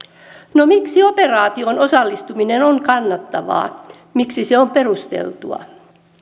no miksi operaatioon osallistuminen on kannattavaa miksi se on perusteltua